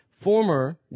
Former